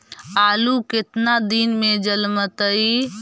आलू केतना दिन में जलमतइ?